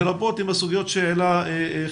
לשמחתנו אצלנו,